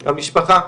המשפחה,